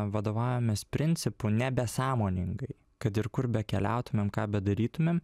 vadovaujamės principu nebesąmoningai kad ir kur bekeliautumėm ką bedarytumėm